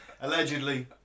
Allegedly